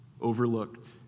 Overlooked